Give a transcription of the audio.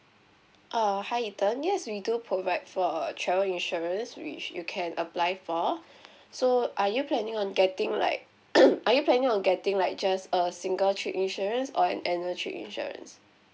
err hi ethan yes we do provide for travel insurance which you can apply for so are you planning on getting like mm are you planning on getting like just a single trip insurance or annual trip insurance